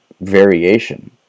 variation